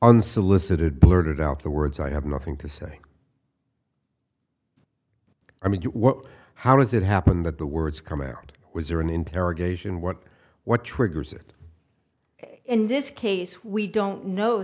unsolicited blurted out the words i have nothing to say i mean what how does it happen that the words come out was there an interrogation what what triggers it in this case we don't know